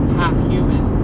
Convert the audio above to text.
half-human